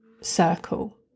circle